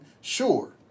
sure